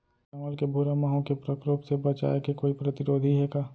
चांवल के भूरा माहो के प्रकोप से बचाये के कोई प्रतिरोधी हे का?